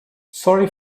sorry